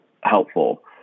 helpful